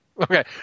Okay